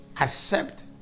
Accept